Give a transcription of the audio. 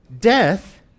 Death